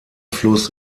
fluss